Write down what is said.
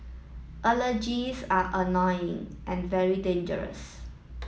allergies are annoying and very dangerous